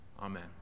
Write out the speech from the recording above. Amen